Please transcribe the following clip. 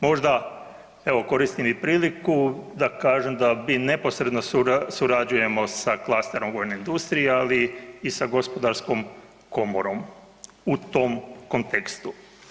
Možda evo, koristim i priliku da kažem da mi neposredno surađujemo sa klasterom vojne industrije, ali i sa Gospodarskom komorom u tom kontekstu.